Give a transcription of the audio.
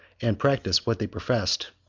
and practise what they professed.